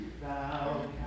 Thou